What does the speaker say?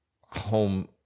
home